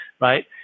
right